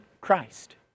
Christ